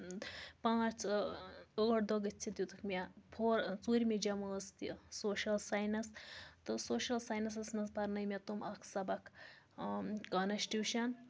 پانٛژھ ٲٹھ دۄہ گٔژھِتھ دِتُکھ مےٚ فور ژوٗرمہِ جَمٲژ تہِ سوشَل ساینَس تہٕ سوشَل ساینَسَس مَنٛز پَرنٲے مےٚ تِم اَکھ سَبَق کانسٹیوٗشَن